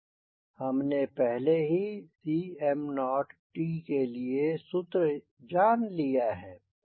हमने पहले ही Cmot के लिए सूत्र जान लिया है